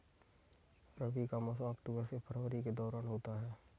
रबी का मौसम अक्टूबर से फरवरी के दौरान होता है